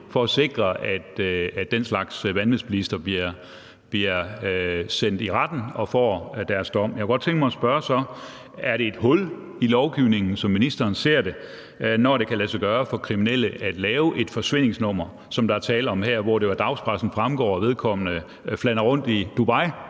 efter at sikre, at den slags vanvidsbilister bliver sendt i retten og får deres dom. Jeg kunne godt tænke mig at spørge så: Er det et hul i lovgivningen, som ministeren ser det, når det kan lade sig gøre for kriminelle at lave et forsvindingsnummer, som der er tale om her, og hvor det jo af dagspressen fremgår, at vedkommende flanerer rundt i Dubai